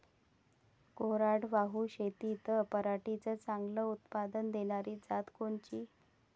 कोरडवाहू शेतीत पराटीचं चांगलं उत्पादन देनारी जात कोनची?